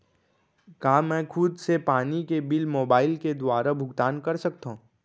का मैं खुद से पानी के बिल मोबाईल के दुवारा भुगतान कर सकथव?